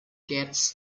gets